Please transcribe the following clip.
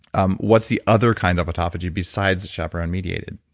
um what's the other kind of autophagy besides chaperone-mediated?